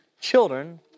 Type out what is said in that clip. Children